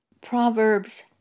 Proverbs